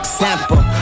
sample